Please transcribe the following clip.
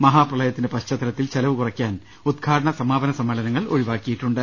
മഹാപ്രള യത്തിന്റെ പശ്ചാത്തലത്തിൽ ചെലവ് കുറയ്ക്കാൻ ഉദ്ഘാടന സമാപന സമ്മേള നങ്ങൾ ഒഴിവാക്കിയിട്ടുണ്ട്